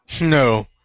No